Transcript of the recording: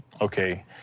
okay